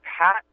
Pat